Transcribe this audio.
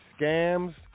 scams